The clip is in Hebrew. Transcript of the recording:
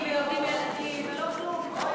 הם לא מתחתנים ויולדים ילדים ולא כלום.